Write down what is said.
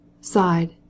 sighed